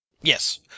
Yes